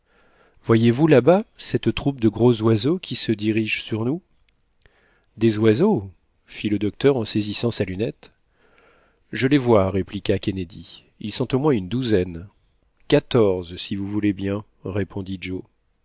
voyez-vous là-bas cette troupe de gros oiseaux qui se dirigent sur nous des oiseaux fit le docteur en saisissant sa lunette je les vois répliqua kennedy ils sont au moins une douzaine quatorze si vous voulez bien répondit joe